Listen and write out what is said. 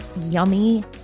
yummy